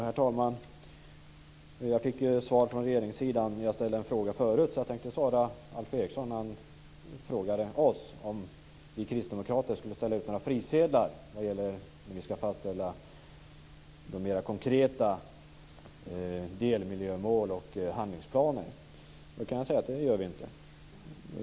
Herr talman! Jag fick svar från regeringssidan när jag ställde en fråga tidigare, därför tänkte jag svara Alf Eriksson när han frågade oss om vi kristdemokrater skulle ställa ut några frisedlar när vi ska fastställa de mer konkreta delmiljömålen och handlingsplanerna. Det gör vi inte.